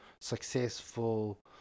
successful